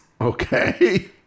okay